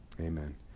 Amen